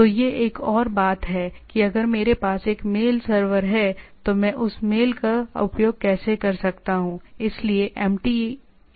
तो यह एक और बात है कि अगर मेरे पास एक मेल सर्वर है तो मैं उस मेल का उपयोग कैसे कर सकता हूं